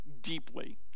deeply